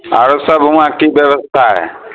आरोसभ वहाँ की व्यवस्था हइ